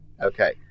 Okay